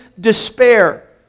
despair